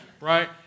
Right